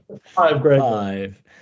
Five